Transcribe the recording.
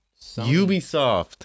Ubisoft